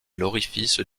l’orifice